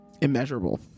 immeasurable